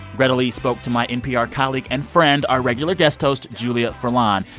greta lee spoke to my npr colleague and friend, our regular guest host julia furlan.